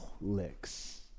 licks